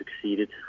succeeded